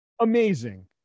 Amazing